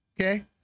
okay